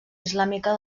islàmica